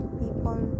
people